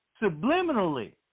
subliminally